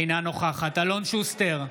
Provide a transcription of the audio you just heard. אינה נוכחת אלון שוסטר,